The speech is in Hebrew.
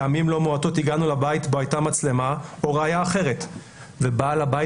פעמים לא מועטות הגענו לבית בו הייתה מצלמה או ראיה אחרת ובעל הבית